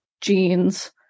jeans